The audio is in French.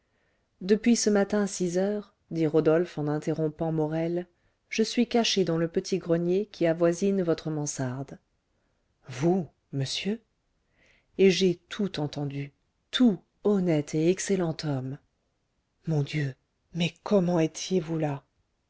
depuis ce matin six heures dit rodolphe en interrompant morel je suis caché dans le petit grenier qui avoisine votre mansarde vous monsieur et j'ai tout entendu tout honnête et excellent homme mon dieu mais comment étiez-vous là